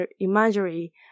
imagery